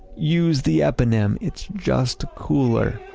use the eponym. it's just cooler!